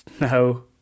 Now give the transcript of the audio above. No